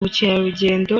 ubukerarugendo